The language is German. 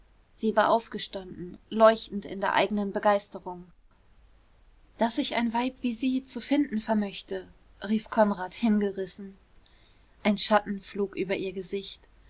sie war aufgestanden leuchtend in der eigenen begeisterung daß ich ein weib wie sie zu finden vermöchte rief konrad hingerissen ein schatten flog über ihr gesicht